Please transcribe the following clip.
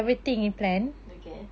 okay